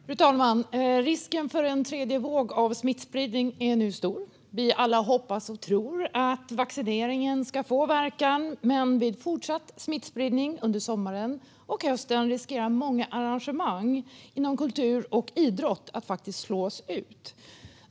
Fru talman! Risken för en tredje våg av smittspridning är nu stor. Vi alla hoppas och tror att vaccineringen ska få verkan, men vid fortsatt smittspridning under sommaren och hösten riskerar många arrangemang inom kultur och idrott att faktiskt slås ut.